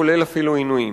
כולל עינויים.